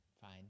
Fine